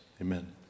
amen